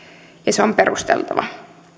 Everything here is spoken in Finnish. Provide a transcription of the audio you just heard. se on perusteltava